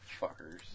Fuckers